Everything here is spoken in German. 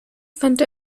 fand